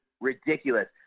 ridiculous